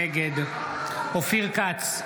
נגד אופיר כץ,